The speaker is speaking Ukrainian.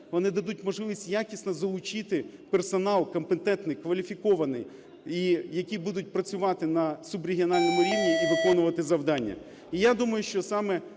вони дадуть можливість якісно залучити персонал компетентний, кваліфікований, і які будуть працювати на субрегіональному рівні і виконувати завдання.